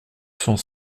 cent